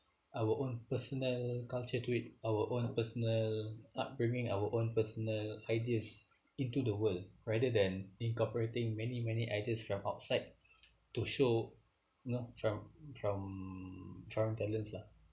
our own personal culture to it our own personal upbringing our own personal ideas into the world rather than incorporating many many ideas from outside to show you know trum~ trum~ talents lah